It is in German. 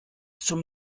zum